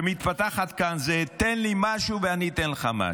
שמתפתחת כאן היא: תן לי משהו ואני אתן לך משהו.